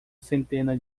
centena